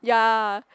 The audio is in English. ya